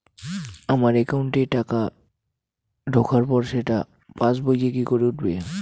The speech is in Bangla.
আমার একাউন্টে টাকা ঢোকার পর সেটা পাসবইয়ে কি করে উঠবে?